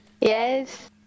Yes